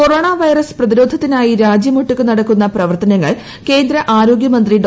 corona virus പ്രതിരോധത്തിനായി രാജ്യമൊട്ടുക്ക് നടക്കുന്ന പ്രവർത്തനങ്ങൾ കേന്ദ്ര ആരോഗ്യ മന്ത്രി ഡോ